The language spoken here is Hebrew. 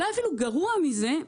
אולי אפילו גרוע מזה,